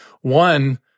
one